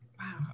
Wow